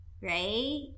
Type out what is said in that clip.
right